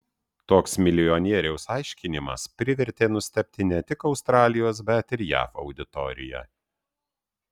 toks milijonieriaus aiškinimas privertė nustebti ne tik australijos bet ir jav auditoriją